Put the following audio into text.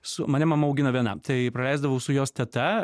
su mane mama augino viena tai praleisdavau su jos teta